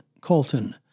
Colton